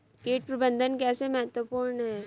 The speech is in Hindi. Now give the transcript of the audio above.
कीट प्रबंधन कैसे महत्वपूर्ण है?